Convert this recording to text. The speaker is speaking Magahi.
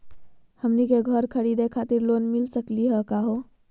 हमनी के घर खरीदै खातिर लोन मिली सकली का हो?